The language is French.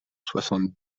soixante